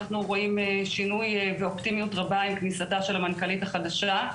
אנחנו רואים שינוי ואופטימיות רבה עם כניסתה של המנכ"לית החדשה.